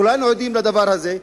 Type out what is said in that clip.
וכולנו עדים לדבר הזה,